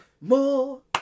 more